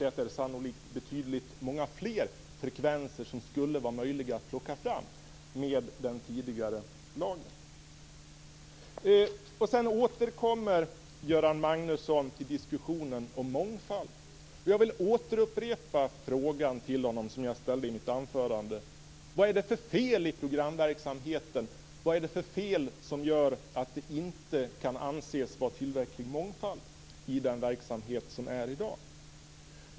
Det är sannolikt betydligt fler frekvenser som skulle vara möjliga att plocka fram med den tidigare lagen. Sedan återkommer Göran Magnusson till diskussionen om mångfald. Jag vill upprepa den fråga jag ställde till honom i mitt anförande: Vad är det för fel i programverksamheten som gör att det inte kan anses vara tillräcklig mångfald i den verksamhet som är i dag?